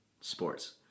sports